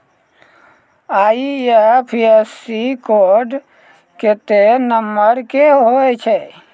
IFSC code केत्ते number के होय छै